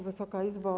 Wysoka Izbo!